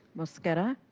mosqueda.